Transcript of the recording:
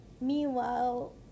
Meanwhile